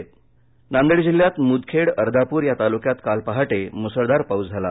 नांदेड नांदेड जिल्ह्यात मुदखेड अर्धापूर या तालुक्यात काल पहाटे मुसळधार पाऊस झाला